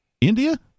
India